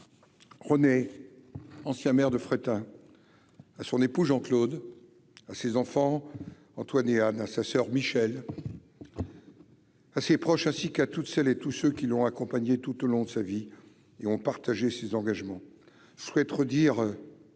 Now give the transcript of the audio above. René, ancien maire de Fréthun à son époux, Jean Claude à ses enfants, Antoine et Anna, sa soeur Michèle à ses proches, ainsi qu'à toutes celles et tous ceux qui l'ont accompagné tout au long de sa vie et on partageait ses engagements je souhaiterais